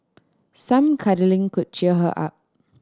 some cuddling could cheer her up